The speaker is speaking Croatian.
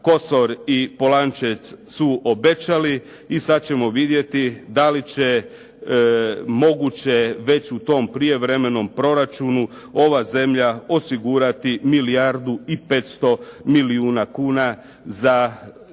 Kosor i Polančec su obećali i sad ćemo vidjeti da li će moguće već u tom prijevremenom proračunu ova zemlja osigurati milijardu i 500 milijuna kuna za njihovo